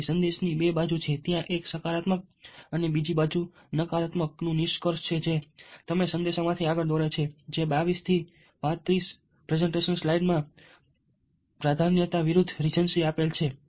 તેથી સંદેશની બે બાજુ છે ત્યાં એક સકારાત્મક અથવા બાજુ નકારાત્મક નું નિષ્કર્ષ છે જે તમે સંદેશમાંથી આગળ દોરે છે જે 22 થી 35 પ્રેસેંટેશન સ્લાઇડ્સ મા પ્રાધાન્યતા વિરુદ્ધ રિજન્સી આપેલ છે